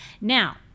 Now